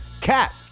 Cat